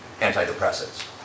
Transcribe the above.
antidepressants